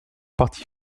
parti